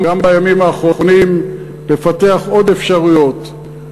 גם בימים האחרונים, לפתח עוד אפשרויות,